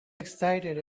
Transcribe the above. excited